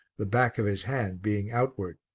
the back of his hand being outward.